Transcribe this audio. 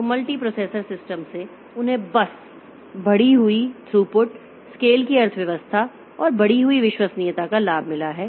तो multiprocessor system से उन्हें इस बढ़ी हुई थ्रूपुट स्केल की अर्थव्यवस्था और बढ़ी हुई विश्वसनीयता का लाभ मिला है